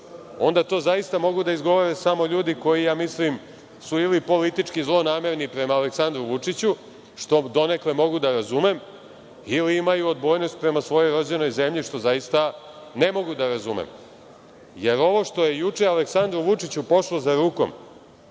onda to zaista mogu da izgovore samo ljudi koji, ja mislim, su ili politički zlonamerni prema Aleksandru Vučiću, što donekle mogu da razumem, ili imaju odbojnost prema svojoj rođenoj zemlji, što zaista ne mogu da razumem. Ovo što je juče Aleksandru Vučiću pošlo za rukom,